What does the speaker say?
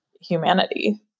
humanity